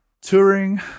Touring